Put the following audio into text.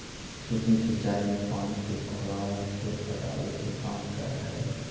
सूक्ष्म सिंचाई में पानी के फव्वारा खेत पटावे के काम करऽ हइ